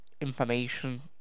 Information